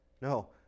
No